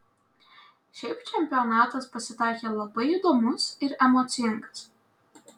šiaip čempionatas pasitaikė labai įdomus ir emocingas